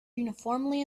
uniformly